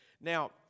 Now